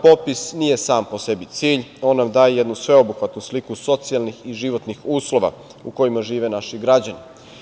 Popis nije samo po sebi cilj, on nam daje jednu sveobuhvatnu sliku socijalnih i životnih uslova, u kojima žive naši građani.